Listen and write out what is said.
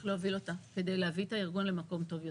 להוביל אותה כדי להביא את הארגון למקום טוב יותר.